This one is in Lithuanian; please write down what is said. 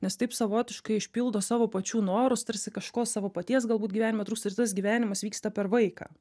nes taip savotiškai išpildo savo pačių norus tarsi kažko savo paties galbūt gyvenime trūksta ir tas gyvenimas vyksta per vaiką